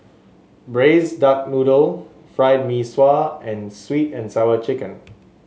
Braised Duck Noodle Fried Mee Sua and sweet and Sour Chicken